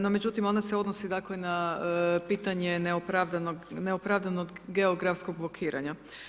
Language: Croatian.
No, međutim, ona se odnosi na pitanje neopravdanog geografskog blokiranja.